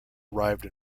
arrived